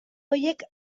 horiek